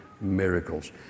miracles